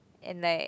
and like